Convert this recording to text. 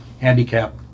handicap